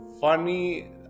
funny